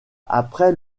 après